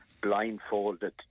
blindfolded